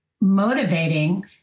motivating